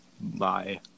Bye